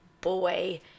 boy